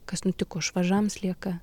kas nutiko švažams lieka